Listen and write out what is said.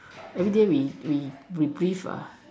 everyday we we we breathe uh